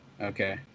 Okay